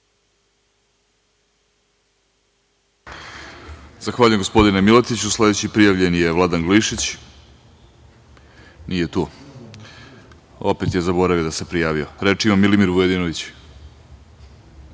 Zahvaljujem gospodine Miletiću. Sledeći prijavljeni je Vladan Glišić. Nije tu. Opet je zaboravio da se prijavio. Reč ima Milimir Vujadinović.